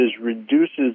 reduces